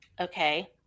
Okay